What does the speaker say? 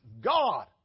God